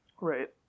Right